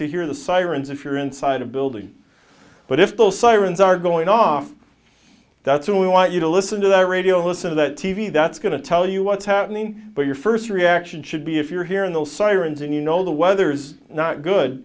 to hear the sirens if you're inside a building but if those sirens are going off that's when we want you to listen to that radio listen to that t v that's going to tell you what's happening but your first reaction should be if you're hearing those sirens and you know the weather's not good